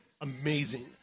Amazing